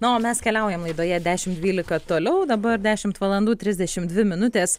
na o mes keliaujam laidoje dešim dvylika toliau dabar dešimt valandų trisdešim dvi minutės